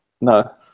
No